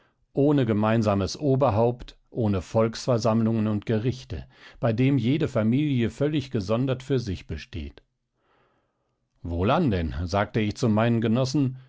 ohne gemeinsames oberhaupt ohne volksversammlungen und gerichte bei dem jede familie völlig gesondert für sich besteht wohlan denn sagte ich zu meinen genossen